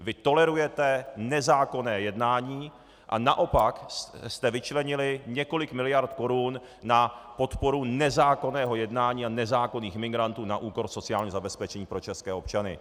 Vy tolerujete nezákonné jednání a naopak jste vyčlenili několik miliard korun na podporu nezákonného jednání a nezákonných imigrantů na úkor sociálního zabezpečení pro české občany.